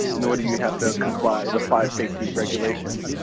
nor do you have to comply the fire safety regulations.